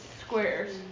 squares